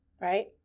Right